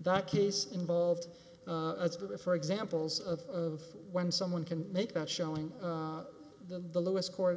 that case involved for the for examples of when someone can make that showing them the lowest co